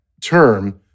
term